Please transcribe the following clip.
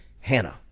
hannah